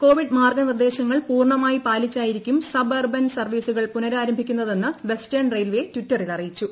Covid മാർഗ്ഗുനിർദ്ദേശ ങ്ങൾ പൂർണ്ണമായി പാലിച്ചായിരിക്കും സബർബൻ സർവ്വീസുകൾ പുനരാംരഭിക്കുന്നതെന്ന് വെസ്റ്റേൺ റെയിൽവേ ട്വിറ്ററിൽ അറിയിച്ചു